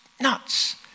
nuts